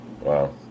Wow